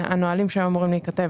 והנהלים שהיו אמורים להיכתב